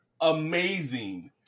amazing